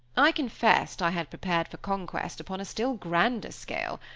i confessed i had prepared for conquest upon a still grander scale.